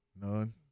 None